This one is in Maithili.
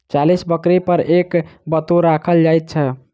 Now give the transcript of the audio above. चालीस बकरी पर एक बत्तू राखल जाइत छै